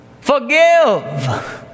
Forgive